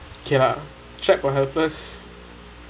okay lah trap or helpless